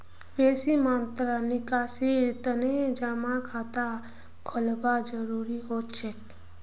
बेसी मात्रात निकासीर तने जमा खाता खोलवाना जरूरी हो छेक